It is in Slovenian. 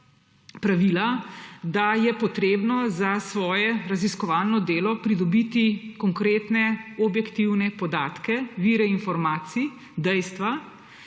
pravila, da je potrebno za svoje raziskovalno delo pridobiti konkretne objektivne podatke, vire informacij, dejstva